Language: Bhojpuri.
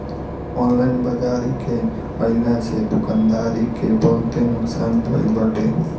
ऑनलाइन बाजारी के आइला से दुकानदारी के बहुते नुकसान भईल बाटे